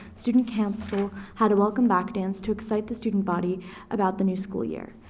student council had a welcome back dance to excite the student body about the new school year.